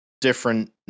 different